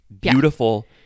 beautiful